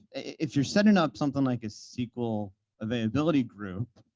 if you're setting up something like a sql availability group,